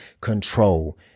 control